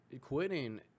Quitting